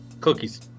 cookies